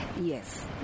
Yes